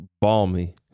balmy